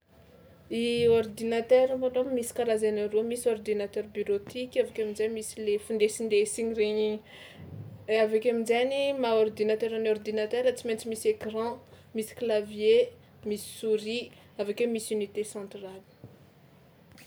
I ordinatera malôha misy karazany aroa: misy ordinateur bureautique avy akeo amin-jay misy le findesindesiny regny; avy akeo amin-jainy maha-ordinatera ny ordinatera tsy maintsy misy écran, misy clavier, misy souris avy akeo misy unité centrale.